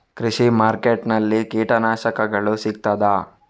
ಕೃಷಿಮಾರ್ಕೆಟ್ ನಲ್ಲಿ ಕೀಟನಾಶಕಗಳು ಸಿಗ್ತದಾ?